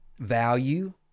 Value